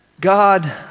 God